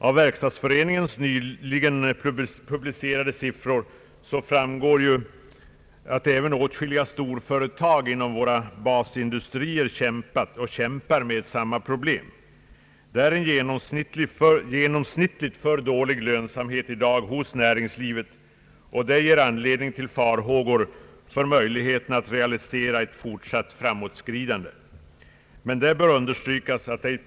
Av Verkstadsföreningens nyligen publicerade siffror framgår ju att även åtskilliga storföretag inom våra basindustrier kämpar med samma problem. Det är genomsnittligt en för dålig lönsamhet i dag hos näringslivet, och det ger anledning till farhågor för möjligheterna att realisera ett fortsatt framåtskridande.